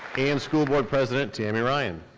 and school board president, tami ryan.